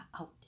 out